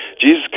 Jesus